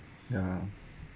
yeah